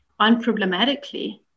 unproblematically